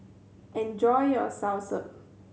enjoy your soursop